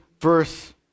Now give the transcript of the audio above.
verse